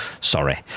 Sorry